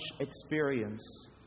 experience